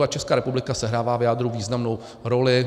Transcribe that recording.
A Česká republika sehrává v jádru významnou roli.